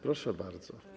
Proszę bardzo.